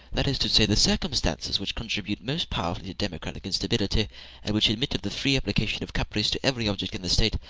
that is to say, the circumstances which contribute most powerfully to democratic instability, and which admit of the free application of caprice to every object in the state,